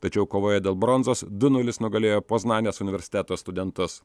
tačiau kovoje dėl bronzos du nulis nugalėjo poznanės universiteto studentus